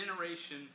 Generation